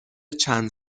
چند